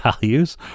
values